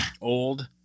old